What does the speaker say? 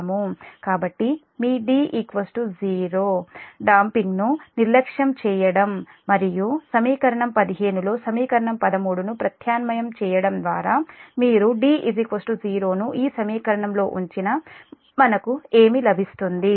కాబట్టి మీ D 0 ను డాన్పింగ్ ను నిర్లక్ష్యం చేయడం మరియు సమీకరణం 15 లో సమీకరణం 13 ను ప్రత్యామ్నాయం చేయడం ద్వారా మీరు D 0 ను ఈ సమీకరణంలో ఉంచిన మనకు ఏమి లభిస్తుంది